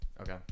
Okay